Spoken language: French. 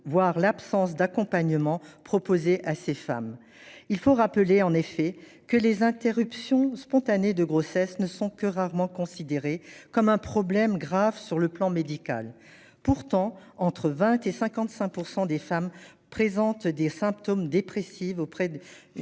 voire l'absence, d'accompagnement proposé à ces femmes. En effet, les interruptions spontanées de grossesse ne sont que rarement considérées comme un problème médicalement grave. Pourtant, entre 20 % et 55 % des femmes présentent des symptômes dépressifs après une